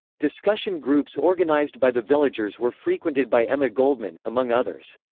discussion groups organised by the villagers were frequented by emma goldman, among others.